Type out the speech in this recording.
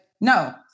No